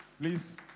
Please